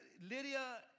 Lydia